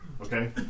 Okay